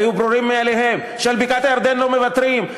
היו ברורים מאליהם: שעל בקעת-הירדן לא מוותרים,